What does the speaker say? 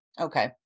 okay